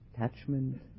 attachment